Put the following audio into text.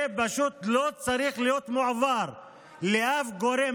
זה פשוט לא צריך להיות מועבר לאף גורם